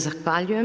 Zahvaljujem.